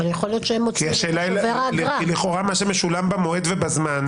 אבל יכול להיות שהם --- כי השאלה היא לכאורה מה שמשולם במועד ובזמן.